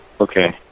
Okay